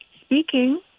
speaking